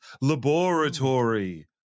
laboratory